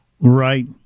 Right